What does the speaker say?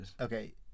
Okay